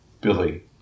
Billy